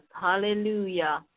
Hallelujah